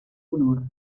honor